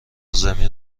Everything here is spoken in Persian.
زمین